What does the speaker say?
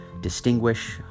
distinguish